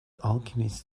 alchemist